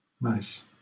Nice